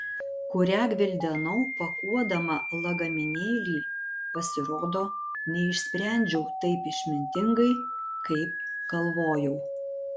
kurią gvildenau pakuodama lagaminėlį pasirodo neišsprendžiau taip išmintingai kaip galvojau